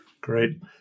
Great